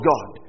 God